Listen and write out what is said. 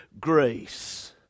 grace